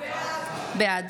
בעד